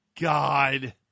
God